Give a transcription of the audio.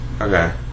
Okay